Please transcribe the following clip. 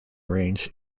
range